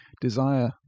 desire